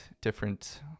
different